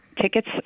tickets